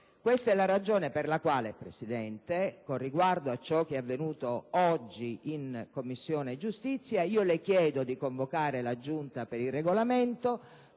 Questa è la ragione per la quale, signor Presidente, con riguardo a ciò che è avvenuto oggi in Commissione giustizia, le chiedo di convocare la Giunta per il Regolamento